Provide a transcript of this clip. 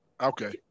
Okay